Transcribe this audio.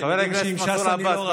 חבר הכנסת מנסור עבאס,